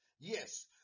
Yes